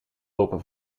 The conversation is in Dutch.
open